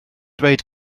dweud